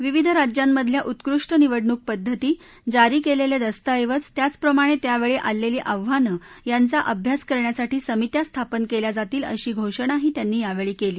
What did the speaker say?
विविध देशांमधल्या उत्कृष्ट निवडणूक पद्धती जारी केलेले दस्तऐवज त्याचप्रमाणे त्यावेळी आलेली आव्हांन यांचा अभ्यास करण्यासाठी समित्या स्थापन केल्या जातील अशी घोषणाही त्यांनी यावेळी केली